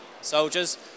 soldiers